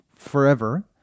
forever